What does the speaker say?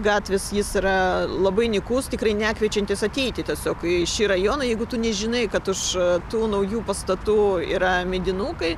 gatvės jis yra labai nykus tikrai nekviečiantis ateiti tiesiog į šį rajoną jeigu tu nežinai kad už tų naujų pastatų yra medinukai